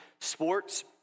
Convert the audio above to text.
sports